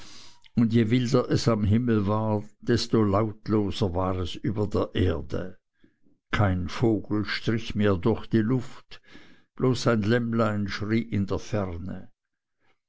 und je wilder es am himmel war desto lautloser war es über der erde kein vogel strich mehr durch die luft bloß ein lämmlein schrie in der ferne